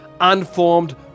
unformed